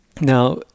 now